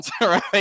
right